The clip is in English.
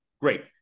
Great